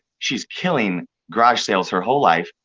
she's killing garage sales her whole life,